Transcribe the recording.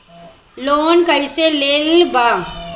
Loan कईसे लेल जाला?